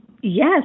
Yes